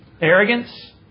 Arrogance